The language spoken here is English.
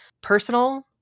personal